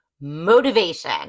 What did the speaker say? Motivation